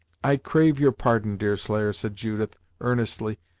i crave your pardon, deerslayer, said judith, earnestly,